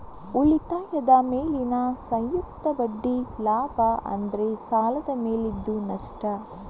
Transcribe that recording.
ಉಳಿತಾಯದ ಮೇಲಿನ ಸಂಯುಕ್ತ ಬಡ್ಡಿ ಲಾಭ ಆದ್ರೆ ಸಾಲದ ಮೇಲಿದ್ದು ನಷ್ಟ